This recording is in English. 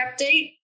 update